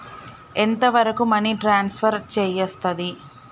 ఎంత వరకు money transfer చేయస్తది?